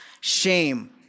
shame